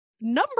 number